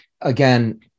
again